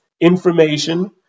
information